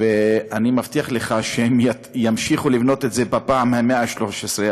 ואני מבטיח לך שהם ימשיכו לבנות את זה בפעם ה-113,